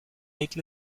ate